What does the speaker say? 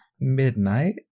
Midnight